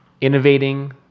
innovating